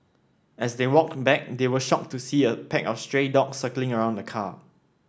as they walked back they were shocked to see a pack of stray dogs circling around the car